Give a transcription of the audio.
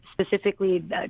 specifically